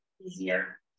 easier